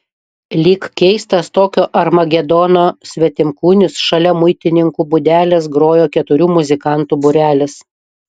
lyg keistas tokio armagedono svetimkūnis šalia muitininkų būdelės grojo keturių muzikantų būrelis